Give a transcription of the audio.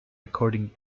recording